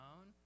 own